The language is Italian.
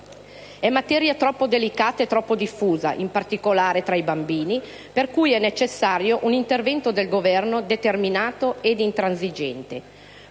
E' materia troppo delicata e troppo diffusa, in particolare tra i bambini, per cui è necessario un intervento del Governo determinato ed intransigente.